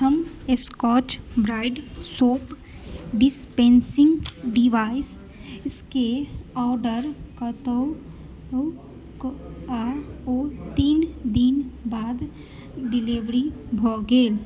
हम Scotch Brite soap dispensing डिशवांडके order कयलहुँ आ ओ तीन दिन बाद डिलीवर भऽ गेल